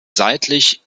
seitlich